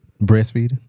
Breastfeeding